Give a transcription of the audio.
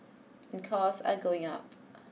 and costs are going up